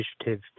Initiative